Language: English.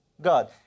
God